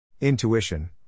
Intuition